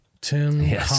Tim